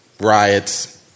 riots